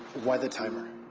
why the timer?